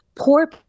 poor